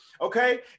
Okay